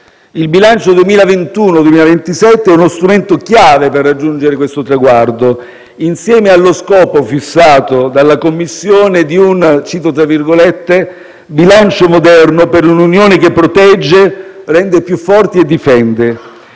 Il bilancio 2021-2027 è uno strumento chiave per raggiungere questo traguardo, insieme allo scopo, fissato dalla Commissione, di un - cito testualmente - «bilancio moderno per un'Unione che protegge, rende più forti e difende».